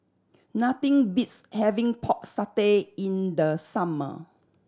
nothing beats having Pork Satay in the summer